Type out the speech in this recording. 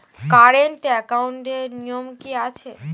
Current একাউন্টের নিয়ম কী আছে?